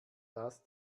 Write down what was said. das